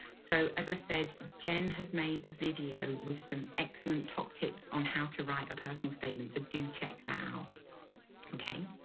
so as i said, jen has made a video with some excellent top tips on how to write a personal statement, so do check that out.